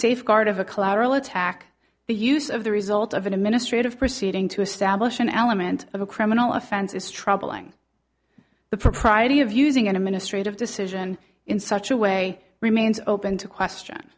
safeguard of a collateral attack the use of the result of an administrative proceeding to establish an element of a criminal offense is troubling the propriety of using an administrative decision in such a way remains open to question